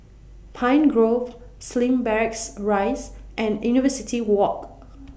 Pine Grove Slim Barracks Rise and University Walk